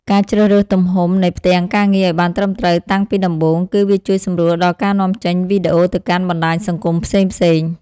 ការជ្រើសរើសទំហំនៃផ្ទាំងការងារឱ្យបានត្រឹមត្រូវតាំងពីដំបូង គឺ វាជួយសម្រួលដល់ការនាំចេញវីដេអូទៅកាន់បណ្តាញសង្គមផ្សេងៗ។